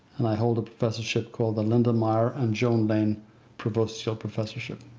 and i hold a professorship called the linda meier and joan lane provostial professorship.